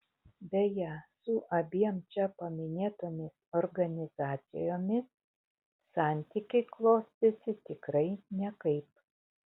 beje su abiem čia paminėtomis organizacijomis santykiai klostėsi tikrai nekaip